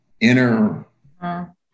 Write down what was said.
inner